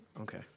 Okay